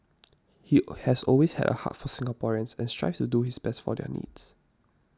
he has always had a heart for Singaporeans and strives to do his best for their needs